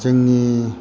जोंनि